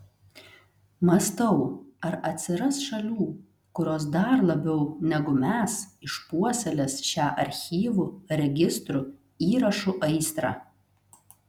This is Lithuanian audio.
mąstau ar atsiras šalių kurios dar labiau negu mes išpuoselės šią archyvų registrų įrašų aistrą